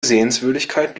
sehenswürdigkeit